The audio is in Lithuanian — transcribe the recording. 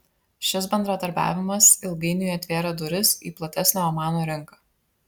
šis bendradarbiavimas ilgainiui atvėrė duris į platesnę omano rinką